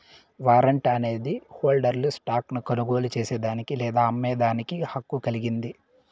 warrant అనేది హోల్డర్ను stock ను కొనుగోలు చేసేదానికి లేదా అమ్మేదానికి హక్కు కలిగింది